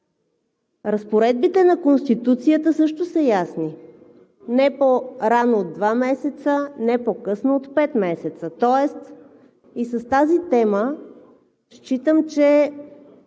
Разпоредбите на Конституцията също са ясни – не по-рано от два месеца, не по-късно от пет месеца. Тоест и с тази тема считам, че